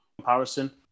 comparison